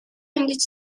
ингэж